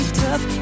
tough